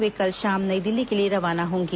वे कल शाम नई दिल्ली के लिए रवाना होंगे